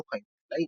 "אלו חיים נפלאים".